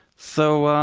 so